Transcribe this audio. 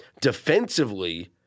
Defensively